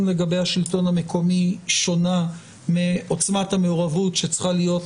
לגבי השלטון המקומי שונה מעוצמת המעורבות שצריכה להיות